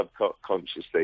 subconsciously